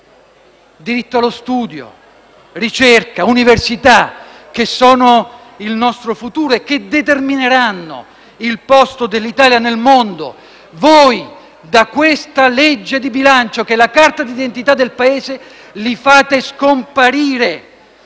Diritto allo studio, ricerca, università, che sono il nostro futuro e che determineranno il posto dell'Italia nel mondo: voi, da questa legge di bilancio, che è la carta d'identità del Paese, li fate scomparire.